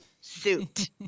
suit